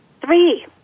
three